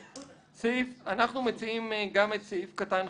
אנחנו מציעים גם בסעיף (ח)(1)